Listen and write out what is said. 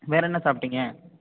வேறென்ன சாப்பிட்டிங்க